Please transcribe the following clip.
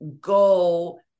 go